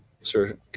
Sir